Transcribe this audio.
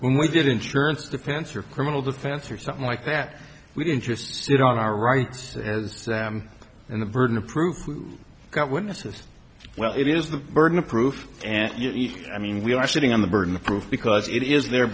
when we did insurance defense or criminal defense or something like that we didn't just sit on our rights as in the burden of proof we've got witnesses well it is the burden of proof and i mean we are sitting on the burden of proof because it is the